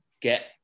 get